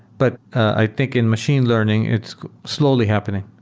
but i think in machine learning, it's slowly happening.